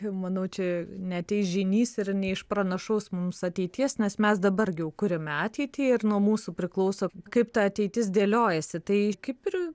manau čia neateis žynys ir neišpranašaus mums ateities nes mes dabar jau kuriame ateitį ir nuo mūsų priklauso kaip ta ateitis dėliojasi tai kaip ir